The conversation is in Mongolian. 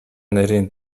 нарийн